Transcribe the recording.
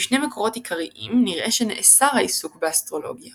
בשני מקורות עיקריים נראה שנאסר העיסוק באסטרולוגיה